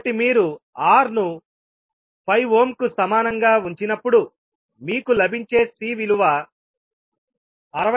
కాబట్టి మీరు R ను 5 ఓమ్ కు సమానంగా ఉంచినప్పుడు మీకు లభించే C విలువ 66